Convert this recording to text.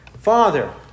Father